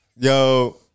Yo